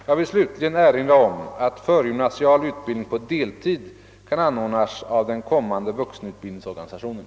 Jag vill slutligen erinra om att förgymnasial utbildning på deltid kan anordnas av den kommunala vuxenutbildningsorganisationen.